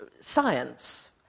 science